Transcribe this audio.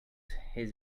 his